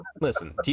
listen